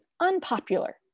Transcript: unpopular